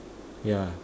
yeah